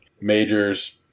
majors